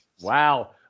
Wow